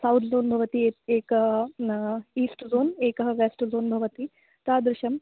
south zone भवति ए एका नार्थ ईस्ट् ज़ोन् एकः वेस्ट् ज़ोन् भवति तादृशं